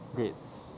grades